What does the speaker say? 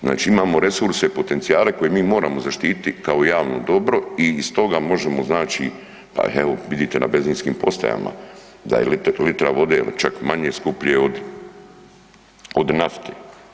Znači imamo resurse i potencijale koje mi moramo zaštiti kao javno dobro i iz toga možemo znači, pa evo vidite na benzinskim postajama da je litra vode ili čak manje, skuplje od nafte.